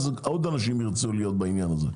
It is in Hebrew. אז עוד אנשים ירצו להיות בעניין הזה.